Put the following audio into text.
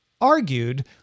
argued